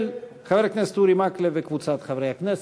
של חבר הכנסת אורי מקלב וקבוצת חברי הכנסת.